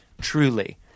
truly